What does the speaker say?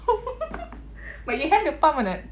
but you have the pump or not